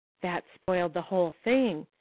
that spoiled the whole thing.